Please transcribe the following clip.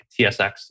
TSX